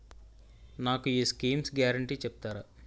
నాకు ఈ schemes guarantee చెప్తారా?